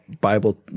Bible